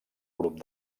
grup